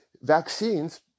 vaccines